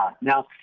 Now